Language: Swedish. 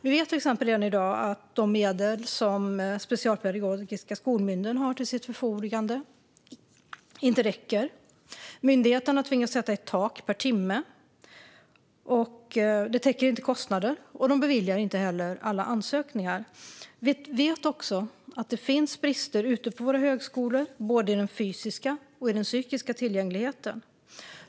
Vi vet till exempel redan i dag att de medel som Specialpedagogiska skolmyndigheten har till sitt förfogande inte räcker. Myndigheten har tvingats sätta ett tak per timme. Det täcker inte kostnaden, och man beviljar inte heller alla ansökningar. Vi vet också att det finns brister ute på våra högskolor när det gäller både den fysiska och den psykiska tillgängligheten.